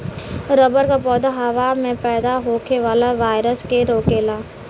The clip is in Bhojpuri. रबर क पौधा हवा में पैदा होखे वाला वायरस के रोकेला